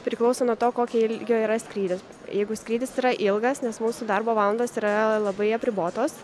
priklauso nuo to kokio ilgio yra skrydis jeigu skrydis yra ilgas nes mūsų darbo valandos yra labai apribotos